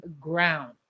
ground